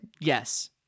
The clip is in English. Yes